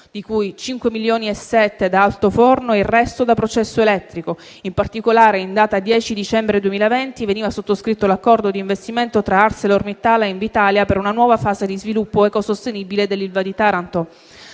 di cui 5,7 da altoforno e il resto da processo elettrico. In particolare, in data 10 dicembre 2020 veniva sottoscritto l'accordo di investimento tra ArcelorMittal e Invitalia per una nuova fase di sviluppo ecosostenibile dell'ILVA di Taranto.